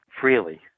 freely